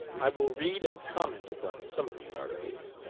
i will read and comment upon some of these articles.